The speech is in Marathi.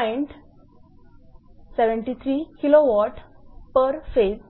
73 𝑘𝑊𝑝ℎ𝑎𝑠𝑒